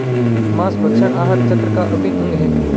माँसभक्षण आहार चक्र का अभिन्न अंग है